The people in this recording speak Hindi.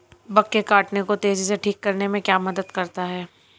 बग के काटने को तेजी से ठीक करने में क्या मदद करता है?